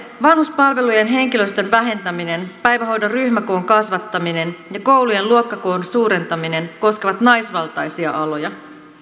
vanhuspalvelujen henkilöstön vähentäminen päivähoidon ryhmäkoon kasvattaminen ja koulujen luokkakoon suurentaminen koskevat naisvaltaisia aloja